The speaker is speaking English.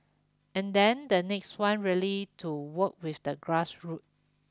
and then the next one really to work with the grassroot